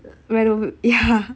reno ya